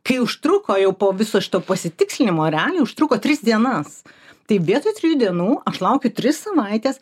kai užtruko jau po viso šito pasitikslinimo realiai užtruko tris dienas tai vietoj trijų dienų aš laukiu tris savaites